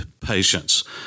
patience